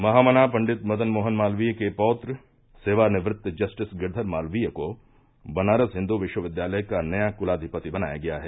महामना पंडित मदन मोहन मालवीय के पौत्र सेवानिवृत जस्टिस गिरधर मालवीय को बनारस हिन्दू विश्वविद्यालय का नया कुलाघिपति बनाया गया है